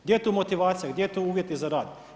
Gdje je tu motivacija, gdje su tu uvjeti za rad?